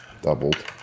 Doubled